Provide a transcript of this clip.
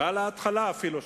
ועל ההתחלה אפילו,